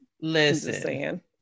Listen